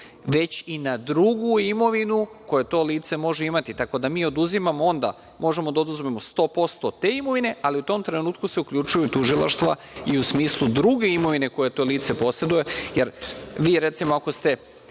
već i na drugu imovinu koju to lice može imati. Mi onda možemo da oduzmemo 100% te imovine, ali u tom trenutku se uključuju tužilaštva i u smislu druge imovine koju to lice poseduje. Ako ste vi, recimo, 2007.